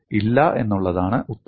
ഇല്ല എന്നുള്ളതാണ് ഉത്തരം